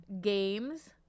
games